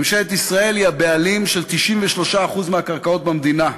ממשלת ישראל היא הבעלים של 93% מהקרקעות במדינה.